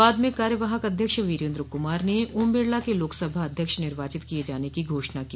बाद में कार्यवाहक अध्यक्ष वीरेन्द्र कुमार ने ओम बिड़ला के लोकसभा अध्यक्ष निर्वाचित किए जाने की घोषणा की